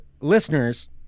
listeners